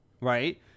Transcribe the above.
right